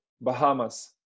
Bahamas